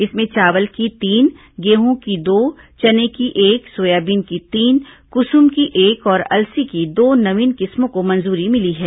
इसमें चावल की तीन गेहूं की दो चने की एक सोयाबीन की तीन कुसुम की एक और अलसी की दो नवीन किस्मों को मंजूरी मिली है